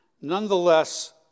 Nonetheless